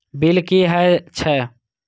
Bill की हौए छै?